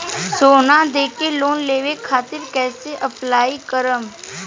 सोना देके लोन लेवे खातिर कैसे अप्लाई करम?